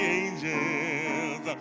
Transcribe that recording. angels